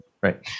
Right